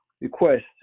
request